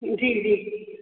जी जी